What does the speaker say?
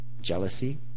Jealousy